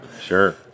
Sure